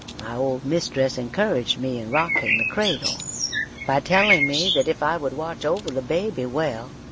my old mistress encouraged me in rocking the cradle by telling me that if i would watch over the baby well,